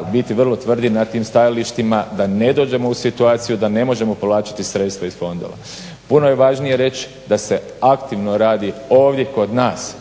u biti vrlo tvrdi na tim stajalištima da ne dođemo u situaciju da ne možemo povlačiti sredstva iz fondova. Puno je važnije reći da se aktivno radi ovdje kod nas